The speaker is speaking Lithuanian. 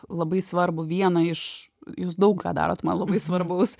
labai svarbų vieną iš jūs daug ką darot man labai svarbaus